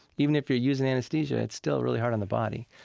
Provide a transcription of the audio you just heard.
even if you're using anesthesia, it's still really hard on the body.